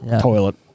toilet